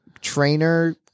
trainer